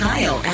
Kyle